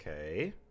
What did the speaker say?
Okay